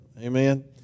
Amen